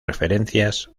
referencias